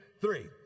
three